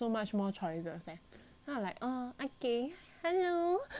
then like err okay hello then I will wear high heels